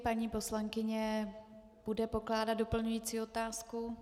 Paní poslankyně bude pokládat doplňující otázku.